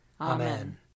Amen